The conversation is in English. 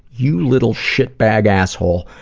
you little shitbag asshole.